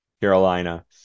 Carolina